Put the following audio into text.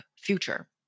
future